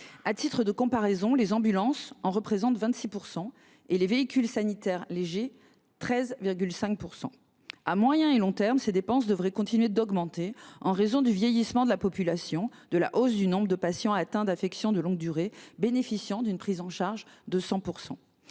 À titre de comparaison, les ambulances en représentent 26 % et les véhicules sanitaires légers 13,5 %. À moyen et long termes, ces dépenses devraient continuer d’augmenter en raison du vieillissement de la population, de la hausse du nombre de patients atteints d’affections de longue durée bénéficiant d’une prise en charge à 100